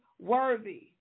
worthy